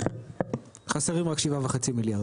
חסרים רק 7.5 מיליארד